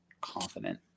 confident